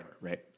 Right